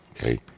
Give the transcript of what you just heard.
okay